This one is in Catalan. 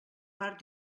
part